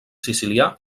sicilià